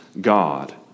God